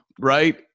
right